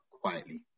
Quietly